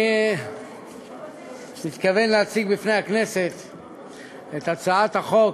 אני מתכוון להציג בפני הכנסת את הצעת החוק